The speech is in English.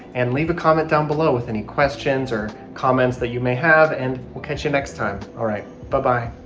and leave a comment down below with any questions or comments that you may have and we'll catch you next time. all right, buh-bye.